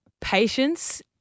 patience